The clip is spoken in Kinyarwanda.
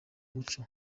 muco